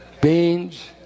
beans